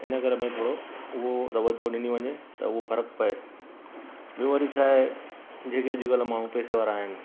हिन करे भई थोरो उहो तवजुहु ॾिनी वञे त उहो फ़र्क़ु पिए ॿियों वरी छाहे जेके अॼुकल्ह माण्हू पैसे वारा आहिनि